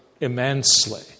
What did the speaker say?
immensely